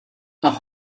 auch